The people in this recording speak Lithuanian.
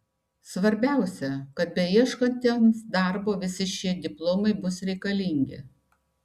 svarbiausia kad beieškantiems darbo visi šie diplomai bus reikalingi